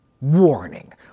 Warning